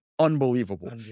unbelievable